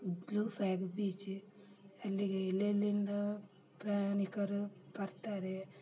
blue flag beach ಅಲ್ಲಿಗೆ ಎಲ್ಲೆಲ್ಲಿಂದ ಪ್ರಯಾಣಿಕರು ಬರ್ತಾರೆ